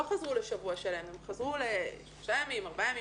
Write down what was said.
חזרו לשבוע שלם הם חזרו ל 4-3 ימים,